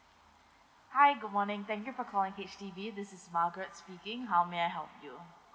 hi good morning thank you for calling H_D_B this is margaret speaking how may I help you